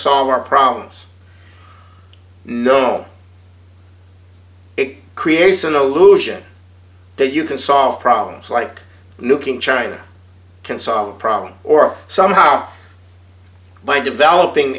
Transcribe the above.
solve our problems no it creates an illusion that you can solve problems like looking china can solve problems or somehow by developing